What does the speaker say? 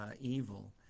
evil